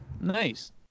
Nice